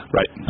Right